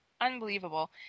unbelievable